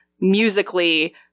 musically